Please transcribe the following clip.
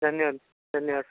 धन्यवाद धन्यवाद सर